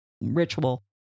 ritual